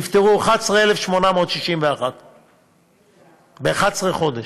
נפטרו 11,861. ב-11 חודש.